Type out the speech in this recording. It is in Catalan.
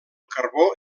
carbó